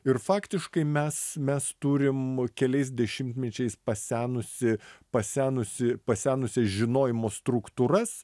ir faktiškai mes mes turim keliais dešimtmečiais pasenusį pasenusį pasenusias žinojimo struktūras